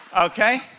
okay